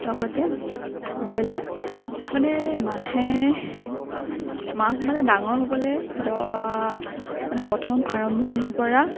লগতে ব্ৰইলাৰ মানে মাহে মাহ মানে ডাঙৰ হ'বলে দ মানে প্ৰথম আৰম্ভণিৰ পৰা